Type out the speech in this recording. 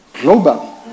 Global